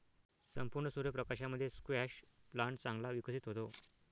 संपूर्ण सूर्य प्रकाशामध्ये स्क्वॅश प्लांट चांगला विकसित होतो